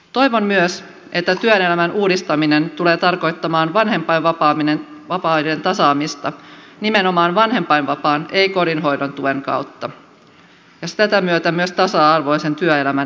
toivon myös että työelämän uudistaminen tulee tarkoittamaan vanhempainvapaiden tasaamista nimenomaan vanhempainvapaan ei kotihoidon tuen kautta ja tämän myötä myös tasa arvoisen työelämän edistämistä